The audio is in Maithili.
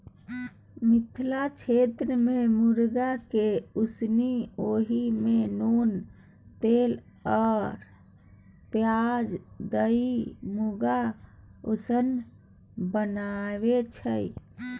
मिथिला क्षेत्रमे मुँगकेँ उसनि ओहि मे नोन तेल आ पियाज दए मुँगक उसना बनाबै छै